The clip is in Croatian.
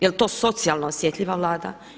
Jel' to socijalno osjetljiva Vlada?